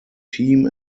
team